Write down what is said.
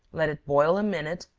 let it boil a minute,